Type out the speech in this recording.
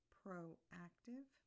proactive